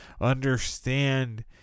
understand